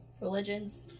religions